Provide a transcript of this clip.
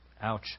Ouch